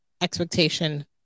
expectation